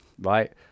right